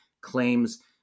claims